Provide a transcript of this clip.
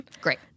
Great